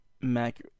Mac